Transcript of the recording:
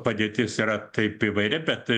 padėtis yra taip įvairi bet